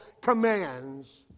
commands